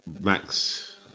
Max